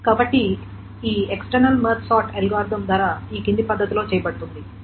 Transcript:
కాబట్టి ఈ external merge sort algorithm ధర క్రింది పద్ధతిలో చేయబడుతుంది